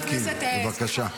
זאת כריזמה?